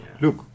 Look